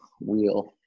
Wheel